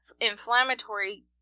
inflammatory